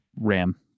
ram